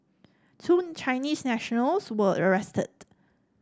two Chinese nationals were arrested